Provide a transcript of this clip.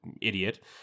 Idiot